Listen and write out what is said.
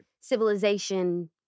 civilization